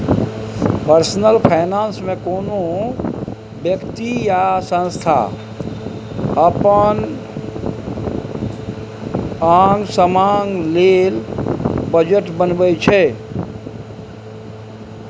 personal finance मे कोनो बेकती या संस्था अपन आंग समांग लेल बजट बनबै छै